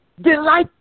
Delight